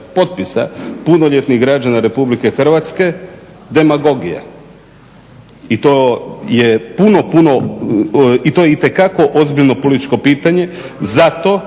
punoljetnih građana RH demagogija. I to je puno, puno i to je itekako ozbiljno političko pitanje zato